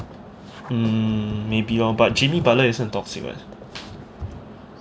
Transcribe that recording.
hmm maybe lor but jimmy butler 也是很 toxic [what]